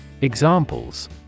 Examples